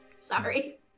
Sorry